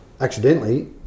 Accidentally